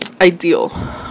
Ideal